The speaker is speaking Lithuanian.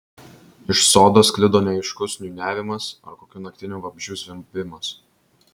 iš sodo sklido neaiškus niūniavimas ar kokių naktinių vabzdžių zvimbimas